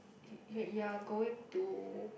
wait you're going to